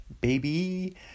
baby